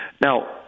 Now